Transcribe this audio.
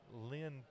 Lynn